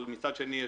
אבל מצד שני,